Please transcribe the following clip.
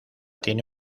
tiene